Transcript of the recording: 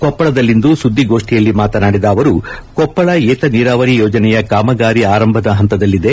ಕೊಪ್ಪಳದಲ್ಲಿಂದು ಸುದ್ಲಿಗೋಷ್ನಿಯಲ್ಲಿ ಮಾತನಾಡಿದ ಅವರು ಕೊಪ್ಪಳ ಏತ ನೀರಾವರಿ ಯೋಜನೆಯ ಕಾಮಗಾರಿ ಆರಂಭದ ಪಂತದಲ್ಲಿದೆ